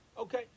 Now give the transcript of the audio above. Okay